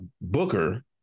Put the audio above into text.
Booker